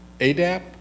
ADAP